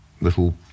little